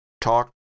talk